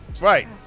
Right